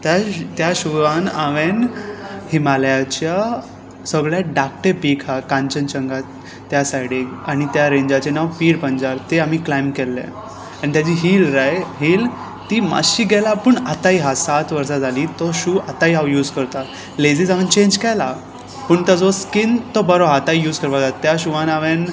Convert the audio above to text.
त्या त्या शुआन हांवे हिमालयाच्या सगळे डाकटे पीक हा कांचनचंगा त्या सायडीक आनी त्या रेंजाचें नांव पीक पंजाब ते आमी क्लायंब केल्ले आनी ताजी हील रायट हील ती मातशी गेला पूण आतांय हा सात वर्सां जालीं तो शू आतांय हांव यूज करता लेजीझ हांवें चेंज केला पूण ताजो स्कीन तो बरो हा आतांय यूज करपाक जाता त्या शुआन हांवें